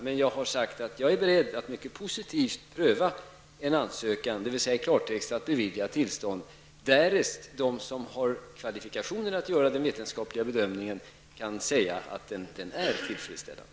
Men jag är beredd att mycket positivt pröva en ansökan, dvs. i klartext att bevilja tillstånd, därest de som har kvalifikationer att göra den vetenskapliga bedömningen kan säga att dokumentationen är tillfredsställande.